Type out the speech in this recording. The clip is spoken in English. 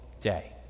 day